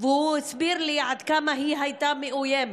והוא הסביר לי עד כמה היא הייתה מאוימת.